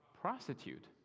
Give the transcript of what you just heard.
prostitute